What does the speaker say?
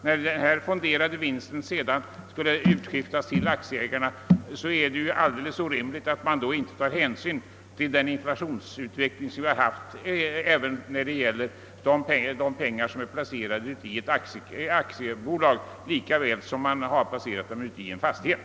När den fonderade vinsten sedan utskiftas till aktieägarna är det orimligt att inte ta hänsyn till inflationsutvecklingen när det gäller pengar som är placerade i ett aktiebolag lika väl som när det gäller pengar som är placerade i en fastighet.